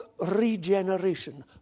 regeneration